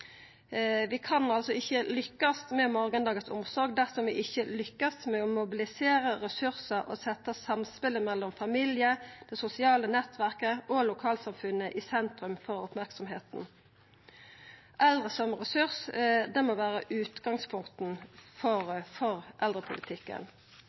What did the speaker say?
Vi kan altså ikkje lykkast med morgondagens omsorg dersom vi ikkje lykkast med å mobilisera ressursar og set samspelet mellom familie, det sosiale nettverket og lokalsamfunnet i sentrum for merksemda. Eldre som ressurs må vera utgangspunktet for